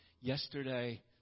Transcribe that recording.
yesterday